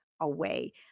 away